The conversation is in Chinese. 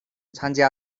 参加